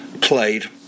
played